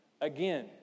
Again